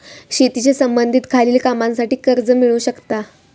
शेतीशी संबंधित खालील कामांसाठी कर्ज मिळू शकता